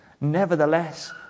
nevertheless